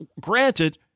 granted